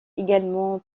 également